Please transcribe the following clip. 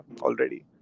already